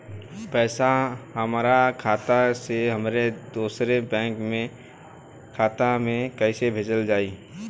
पैसा हमरा खाता से हमारे दोसर बैंक के खाता मे कैसे भेजल जायी?